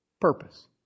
purpose